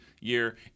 year